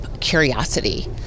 curiosity